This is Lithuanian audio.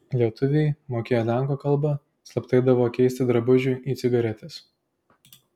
lietuviai mokėję lenkų kalbą slapta eidavo keisti drabužių į cigaretes